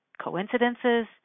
coincidences